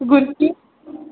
gupchup